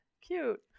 cute